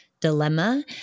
dilemma